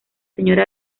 señora